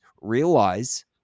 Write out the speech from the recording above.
Realize